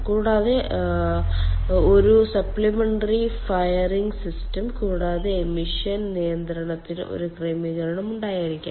കൂടാതെ ഉണ്ടാകാം ഒരു സപ്ലിമെന്ററി ഫയറിംഗ് സിസ്റ്റം കൂടാതെ എമിഷൻ നിയന്ത്രണത്തിന് ഒരു ക്രമീകരണം ഉണ്ടായിരിക്കാം